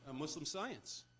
um muslim science.